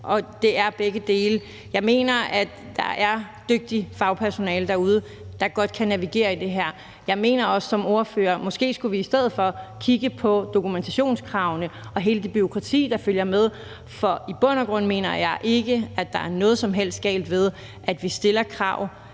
og det er begge dele. Jeg mener, at der er dygtigt fagpersonale derude, der godt kan navigere i det her. Jeg mener som ordfører også, at vi måske i stedet for skulle kigge på dokumentationskravene og hele det bureaukrati, der følger med, for i bund og grund mener jeg ikke, at der er noget som helst galt med, at vi stiller krav